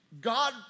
God